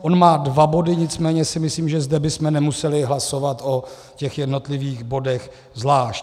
On má dva body, nicméně si myslím, že zde bychom nemuseli hlasovat o jednotlivých bodech zvlášť.